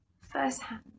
firsthand